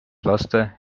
laste